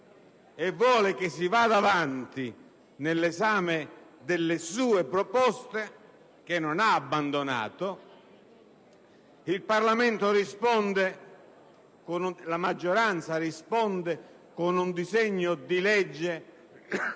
e vuole che si vada avanti nell'esame delle sue proposte, che non ha abbandonato; la maggioranza, da parte sua, risponde con un disegno di legge